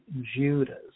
Judas